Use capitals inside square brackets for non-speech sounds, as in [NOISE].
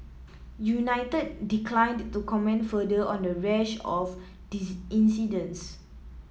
united declined to comment further on the rash of [UNINTELLIGIBLE] incidents